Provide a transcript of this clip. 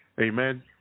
Amen